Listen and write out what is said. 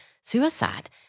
suicide